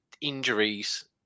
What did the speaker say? injuries